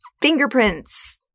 Fingerprints